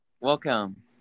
welcome